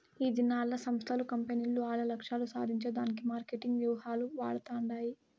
ఈదినాల్ల సంస్థలు, కంపెనీలు ఆల్ల లక్ష్యాలు సాధించే దానికి మార్కెటింగ్ వ్యూహాలు వాడతండాయి